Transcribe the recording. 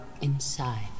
inside